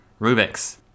Rubik's